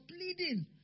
pleading